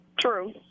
True